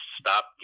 stop